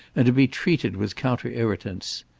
and to be treated with counter-irritants.